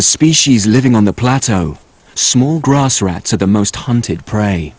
the species living on the plateau small grass rats are the most hunted pr